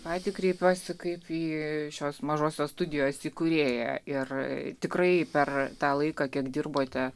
į patį kreipiuosi kaip į šios mažosios studijos įkūrėją ir tikrai per tą laiką kiek dirbote